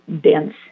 dense